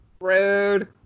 Rude